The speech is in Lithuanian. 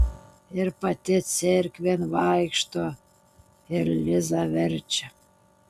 ir pati cerkvėn vaikšto ir lizą verčia